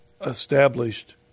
established